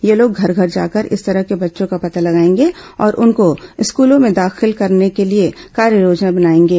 ये लोग घर घर जाकर इस तरह के बच्चों का पता लगाएंगे और उनको स्कूलों में दाखिल कराने के लिए कार्य योजना बनाएंगे